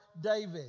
David